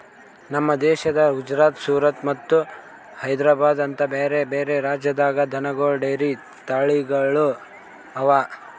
ನಮ್ ದೇಶದ ಗುಜರಾತ್, ಸೂರತ್ ಮತ್ತ ಹೈದ್ರಾಬಾದ್ ಅಂತ ಬ್ಯಾರೆ ಬ್ಯಾರೆ ರಾಜ್ಯದಾಗ್ ದನಗೋಳ್ ಡೈರಿ ತಳಿಗೊಳ್ ಅವಾ